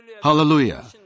Hallelujah